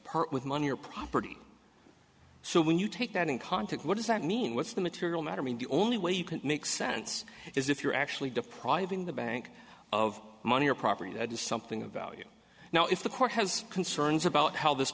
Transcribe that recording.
part with money or property so when you take that in context what does that mean what's the material mattering the only way you can make sense is if you're actually depriving the bank of money or property that is something of value now if the court has concerns about how this